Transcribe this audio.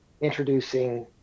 introducing